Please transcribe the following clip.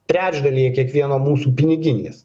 trečdalyje kiekvieno mūsų piniginės